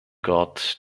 gott